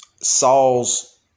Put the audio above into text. Saul's